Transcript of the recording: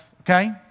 Okay